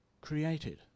created